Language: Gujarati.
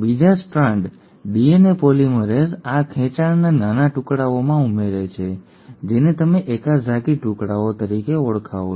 બીજા સ્ટ્રાન્ડ ડીએનએ પોલિમરેઝ આ ખેંચાણને નાના ટુકડાઓમાં ઉમેરે છે જેને તમે ઓકાઝાકી ટુકડાઓ તરીકે ઓળખાવો છો